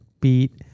Beat